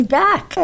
back